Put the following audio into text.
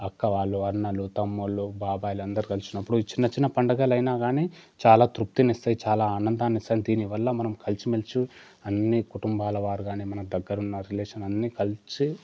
అక్క వాళ్ళు అన్నలు తమ్ముళ్ళు బాబాయ్లు అందరు కలిసినప్పుడు ఈ చిన్న చిన్న పండగలైనా కానీ చాలా తృప్తిని ఇస్తాయి చాలా ఆనందాన్ని ఇస్తాయి దీనివల్ల మనం కలిసి మెలిసి అన్ని కుటుంబాలవారు కానీ మన దగ్గర ఉన్న రిలేషన్ అన్నీ కలిసి